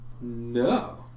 No